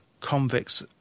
convicts